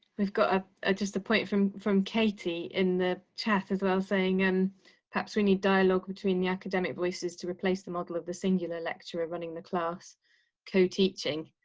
we've got a just a point from from katie in the chat as well, saying and perhaps we need dialogue between the academic voices to replace the model of the singular lecturer running the class co teaching.